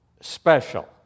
special